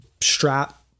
strap